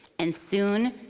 and soon,